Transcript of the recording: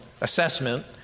assessment